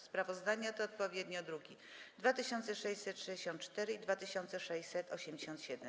Sprawozdania to odpowiednio druki nr 2664 i 2687.